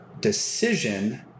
decision